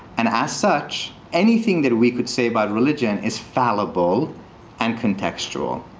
and as such, anything that we could say about religion is fallible and contextual.